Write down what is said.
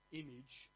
image